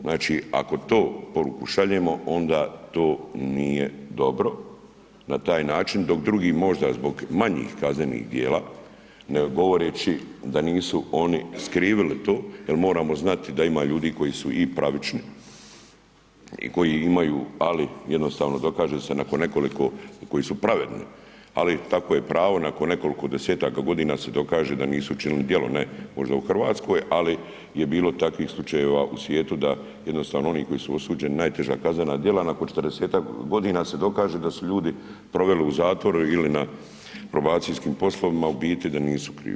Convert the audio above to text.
Znači ako to poruku šaljemo, onda to nije dobro na taj način dok drugi možda zbog manjih kaznenih djela ne govoreći da nisu oni skrivili to jer moramo znati da ima ljudi koji su i pravični, koji imaju ali jednostavno dokaže se nakon nekoliko koji su pravedni ali takvo je pravo, nakon nekoliko desetaka godina se dokaže da nisu učinili djelo, ne možda u Hrvatskoj ali je bilo takvih slučajeva u svijetu da jednostavno oni koji su osuđeni, najteža kaznena djela, nakon 40-ak godina se dokaže da su ljudi proveli u zatvoru ili na probacijskim poslovima a u biti da nisu krivi.